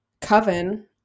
coven